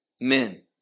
men